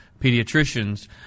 pediatricians